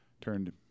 turned